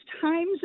times